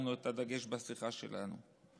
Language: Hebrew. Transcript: ששמנו את הדגש בשיחה שלנו.